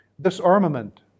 disarmament